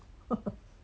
what